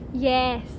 yes